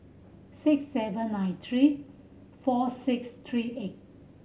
six seven nine three four six three eight